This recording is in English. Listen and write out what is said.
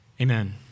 amen